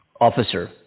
Officer